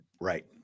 Right